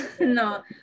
no